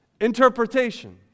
interpretation